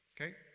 Okay